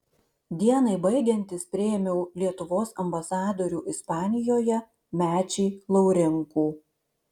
dienai baigiantis priėmiau lietuvos ambasadorių ispanijoje mečį laurinkų